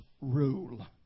rule